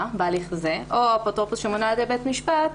בהליך זו או אפוטרופוס שמונה על ידי בית משפט,